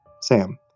Sam